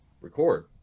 record